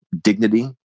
dignity